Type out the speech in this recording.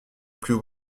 plus